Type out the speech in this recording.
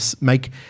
make